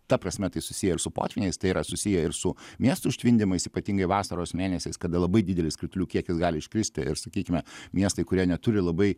ta prasme tai susiję ir su potvyniais tai yra susiję ir su miestų užtvindymais ypatingai vasaros mėnesiais kada labai didelis kritulių kiekis gali iškristi ir sakykime miestai kurie neturi labai